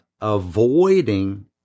avoiding